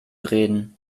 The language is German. reden